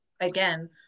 again